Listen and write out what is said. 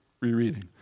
rereading